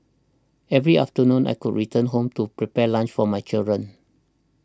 every afternoon I could return home to prepare lunch for my children